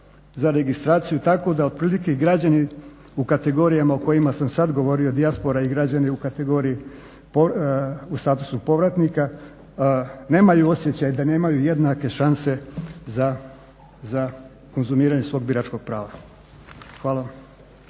za registraciju tako da otprilike građani u kategorijama o kojima sam sad govorio, dijaspora i građani u statusu povratnika, nemaju osjećaj da nemaju jednake šanse za konzumiranje svog biračkog prava. Hvala.